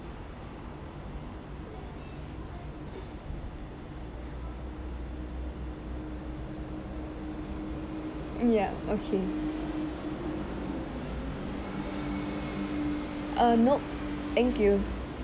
yup okay uh nope thank you